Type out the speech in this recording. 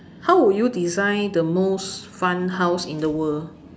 how would you design the most fun house in the world